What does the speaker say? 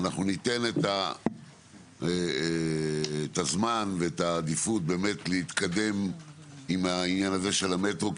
אנחנו ניתן את הזמן ואת העדיפות באמת להתקדם עם העניין הזה של המטרו,